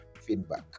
feedback